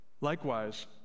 likewise